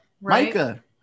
Micah